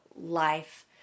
life